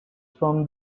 from